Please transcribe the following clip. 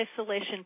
Isolation